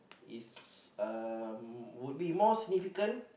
is a would be more significant